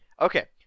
Okay